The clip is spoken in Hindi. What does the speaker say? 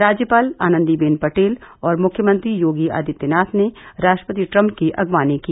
राज्यपाल आनन्दी बेन पटेल और मुख्यमंत्री योगी आदित्यनाथ ने राष्ट्रपति ट्रम्प की अगवानी की